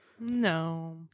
No